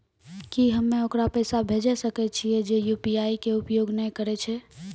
की हम्मय ओकरा पैसा भेजै सकय छियै जे यु.पी.आई के उपयोग नए करे छै?